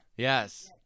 Yes